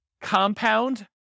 compound